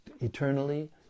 eternally